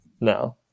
no